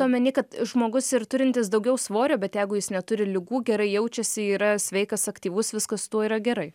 omeny kad žmogus ir turintis daugiau svorio bet jeigu jis neturi ligų gerai jaučiasi yra sveikas aktyvus viskas su tuo yra gerai